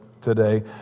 today